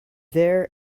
there